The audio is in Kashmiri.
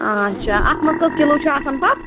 اَچھا اَتھ منٛز کٔژ کِلوٗ چھُ آسان پَتہٕ